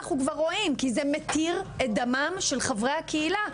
כי זה מתיר את דמם של חברי הקהילה.